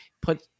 put –